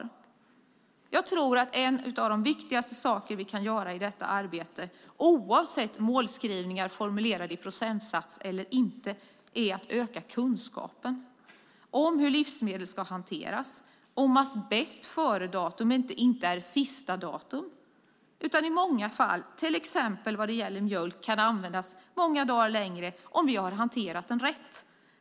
Jag tror att en av de viktigaste saker vi kan göra i detta arbete, oavsett om målskrivningar är formulerade i procentsatser eller inte, är att öka kunskapen om hur livsmedel ska hanteras. Det handlar om att bästföredatum inte är detsamma som sista förbrukningsdag. Mjölk kan till exempel användas många dagar längre om vi har hanterat den rätt.